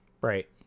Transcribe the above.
Right